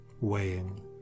weighing